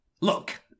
Look